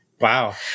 wow